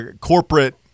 corporate